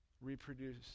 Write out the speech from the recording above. Reproduce